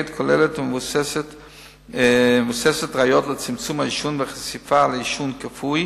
כוללת ומבוססת-ראיות לצמצום העישון והחשיפה לעישון כפוי,